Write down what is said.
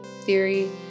theory